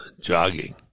jogging